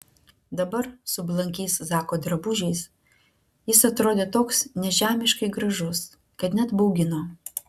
dabar su blankiais zako drabužiais jis atrodė toks nežemiškai gražus kad net baugino